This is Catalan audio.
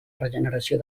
regeneració